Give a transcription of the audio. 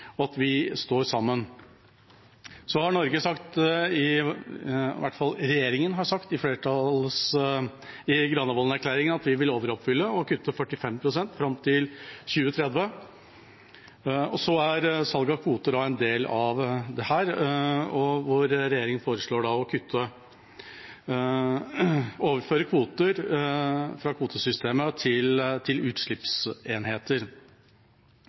og at vi står sammen, er viktig. Så har Norge – i hvert fall regjeringA, i Granavolden-erklæringen – sagt at vi vil overoppfylle og kutte 45 pst. fram til 2030. Salget av kvoter er en del av dette, hvor da regjeringA foreslår å overføre kvoter fra kvotesystemet til utslippsenheter.